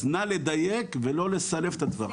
אז נא לדייק ולא לסלף את הדברים.